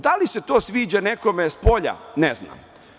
Da li se to sviđa nekome spolja, ne znam.